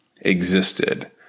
existed